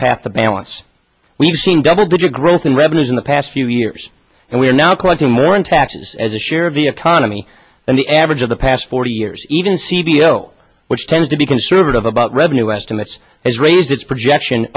path to balance we've seen double digit growth in revenues in the past few years and we're now collecting more in taxes as a share of the economy than the average of the past forty years even c d o which tends to be conservative about revenue estimates has raised its projection